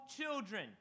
children